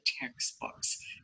textbooks